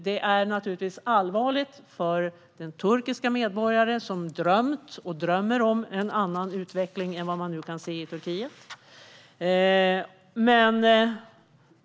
Det är naturligtvis allvarligt för de turkiska medborgare som drömt och drömmer om en annan utveckling än vad man nu kan se i Turkiet.